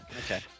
okay